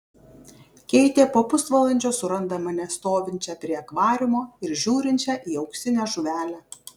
keitė po pusvalandžio suranda mane stovinčią prie akvariumo ir žiūrinčią į auksinę žuvelę